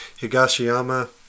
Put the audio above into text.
Higashiyama